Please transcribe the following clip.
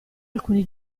alcuni